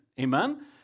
Amen